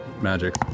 magic